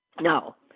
No